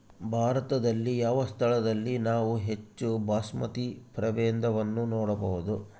ಭಾರತದಲ್ಲಿ ಯಾವ ಸ್ಥಳದಲ್ಲಿ ನಾವು ಹೆಚ್ಚು ಬಾಸ್ಮತಿ ಪ್ರಭೇದವನ್ನು ನೋಡಬಹುದು?